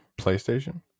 PlayStation